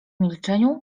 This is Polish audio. milczeniu